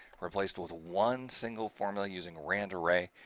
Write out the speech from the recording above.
replaced with one single formula using rand array.